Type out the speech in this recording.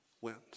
wins